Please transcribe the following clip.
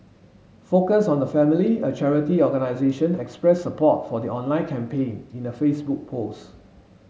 focus on the Family a charity organisation expressed support for the online campaign in a Facebook post